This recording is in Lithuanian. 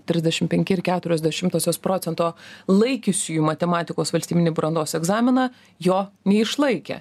trisdešim penki ir keturios dešimtosios procento laikiusiųjų matematikos valstybinį brandos egzaminą jo neišlaikė